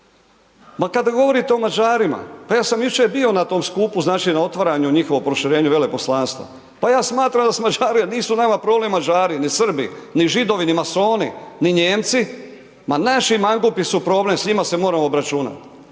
Ma kada govorite o Mađarima, pa ja sam jučer bio na tom skupu, znači na otvaranju njihovom proširenju veleposlanstva. Pa ja smatram da su Mađari, nisu nama problem Mađari ni Srbi, ni Židovi ni masoni, ni Nijemci, ma naši mangupi su problem, s njima se moramo obračunati.